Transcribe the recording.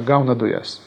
gauna dujas